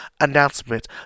announcement